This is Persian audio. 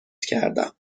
کردم